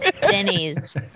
Denny's